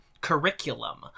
curriculum